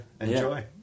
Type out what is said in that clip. enjoy